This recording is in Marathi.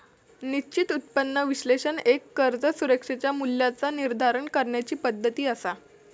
निश्चित उत्पन्न विश्लेषण एक कर्ज सुरक्षेच्या मूल्याचा निर्धारण करण्याची पद्धती असा